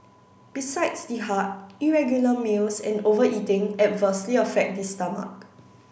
besides the heart irregular meals and overeating adversely affect the stomach